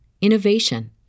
innovation